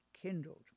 kindled